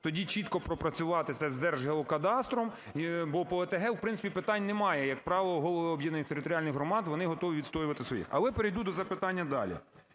тоді чітко пропрацювати це з Держгеокадастром, бо по ОТГ, в принципі, питань немає. Як правило голови об'єднаних територіальних громад, вони готові відстоювати своїх. Але перейду до запитання далі.